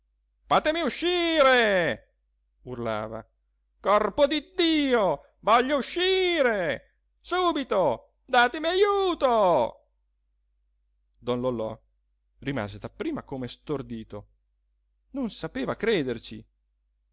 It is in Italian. fatemi uscire urlava corpo di dio voglio uscire subito datemi ajuto don lollò rimase dapprima come stordito non sapeva crederci